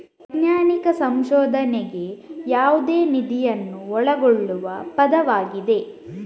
ವೈಜ್ಞಾನಿಕ ಸಂಶೋಧನೆಗೆ ಯಾವುದೇ ನಿಧಿಯನ್ನು ಒಳಗೊಳ್ಳುವ ಪದವಾಗಿದೆ